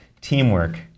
teamwork